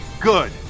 Good